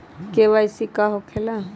KYC का हो के ला?